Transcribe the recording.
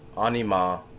anima